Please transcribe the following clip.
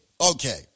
Okay